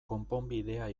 konponbidea